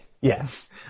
Yes